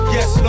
Yes